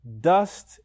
Dust